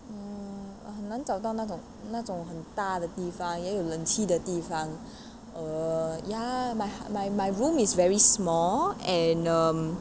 mmhmm 很难找到那种那种很大的地方也有冷气的地方 err ya my my my room is very small and um